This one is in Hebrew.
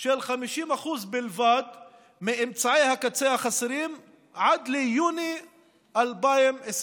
של 50% בלבד מאמצעי הקצה החסרים עד ליוני 2021?